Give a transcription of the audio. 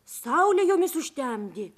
saulę jomis užtemdė